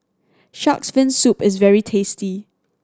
Shark's Fin Soup is very tasty